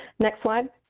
next slide.